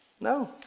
No